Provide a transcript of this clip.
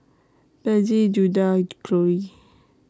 Bethzy Judah and Chloie